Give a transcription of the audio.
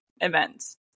events